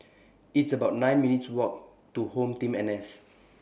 It's about nine minutes' Walk to HomeTeam N S